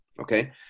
okay